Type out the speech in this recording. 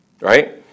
right